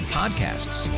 podcasts